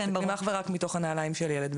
אנחנו מסתכלים אך ורק מתוך הנעליים של הילד.